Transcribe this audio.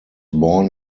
born